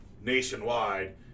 nationwide